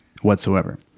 whatsoever